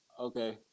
okay